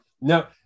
No